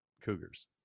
Cougars